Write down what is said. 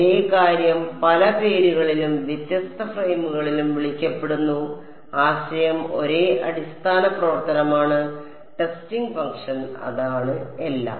ഒരേ കാര്യം പല പേരുകളിലും വ്യത്യസ്ത ഫ്രെയിമുകളിലും വിളിക്കപ്പെടുന്നു ആശയം ഒരേ അടിസ്ഥാന പ്രവർത്തനമാണ് ടെസ്റ്റിംഗ് ഫംഗ്ഷൻ അതാണ് എല്ലാം